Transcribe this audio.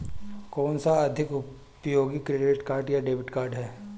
कौनसा अधिक उपयोगी क्रेडिट कार्ड या डेबिट कार्ड है?